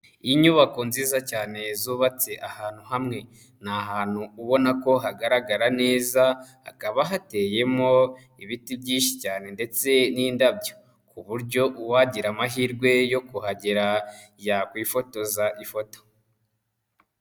Inyubako nziza cyane zubatse ahantu hamwe, ni ahantu ubona ko hagaragara neza, hakaba hateyemo ibiti byinshi cyane ndetse n'indabyo, ku buryo uwagira amahirwe yo kuhagera yakwifotoza ifoto.